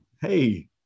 Hey